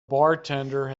bartender